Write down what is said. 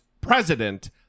president